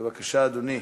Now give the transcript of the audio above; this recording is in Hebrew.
בבקשה, אדוני.